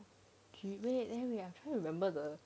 no okay wait then I still remember the